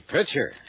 Pitcher